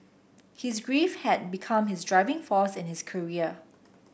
his grief had become his driving force in his career